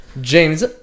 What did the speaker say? James